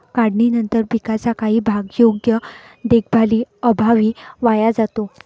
काढणीनंतर पिकाचा काही भाग योग्य देखभालीअभावी वाया जातो